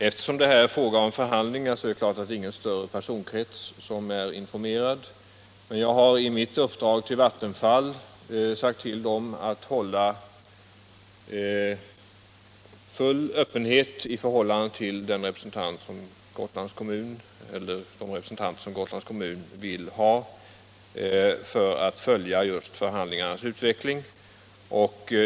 Eftersom det är fråga om förhandlingar är naturligtvis inte någon större personkrets informerad, men jag har i mitt uppdrag till Vattenfall uppmanat verket att iaktta full öppenhet i förhållande till den eller de representanter som Gotlands kommun utser att följa förhandlingarnas utveckling.